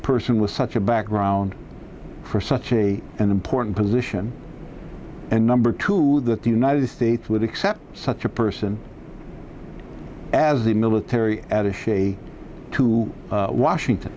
person with such a background for such a and important position and number two that the united states with except such a person as the military attache to washington